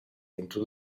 into